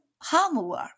homework